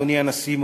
אדוני הנשיא,